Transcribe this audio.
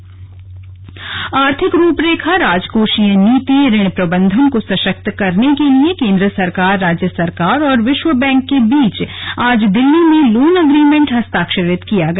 slug सरकार और विश्व बैंक आर्थिक रूपरेखा राजकोषीय नीति ऋण प्रबन्धन को सशक्त करने के लिए केंद्र सरकार राज्य सरकार और विश्व बैंक के बीच आज दिल्ली में लोन एग्रीमेन्ट हस्ताक्षरित किया गया